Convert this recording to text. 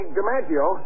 DiMaggio